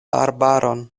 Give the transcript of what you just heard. arbaron